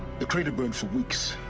the crater burned for weeks,